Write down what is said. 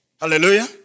Hallelujah